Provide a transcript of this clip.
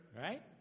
Right